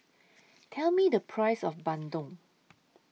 Tell Me The Price of Bandung